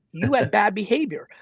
you have bad behavior.